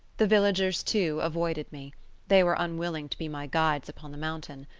the villagers, too, avoided me they were unwilling to be my guides upon the mountain.